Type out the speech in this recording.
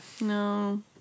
No